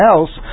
else